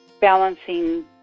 balancing